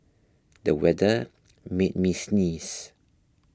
the weather made me sneeze